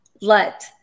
let